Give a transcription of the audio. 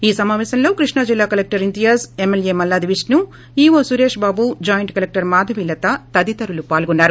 ఈ సమావేశంలో కృష్ణ జిల్లా collector Imtiaz MLA Malladi Vishnu EO Suresh Babu joint collector Madhavilatha తదితరులు పాల్గొన్నారు